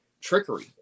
trickery